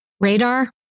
Radar